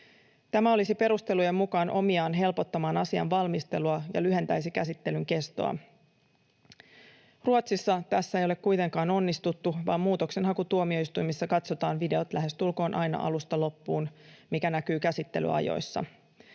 Tämä olisi perustelujen mukaan omiaan helpottamaan asian valmistelua ja lyhentäisi käsittelyn kestoa. Ruotsissa tässä ei ole kuitenkaan onnistuttu, vaan muutoksenhakutuomioistuimissa katsotaan videot lähestulkoon aina alusta loppuun, mikä näkyy käsittelyajoissa.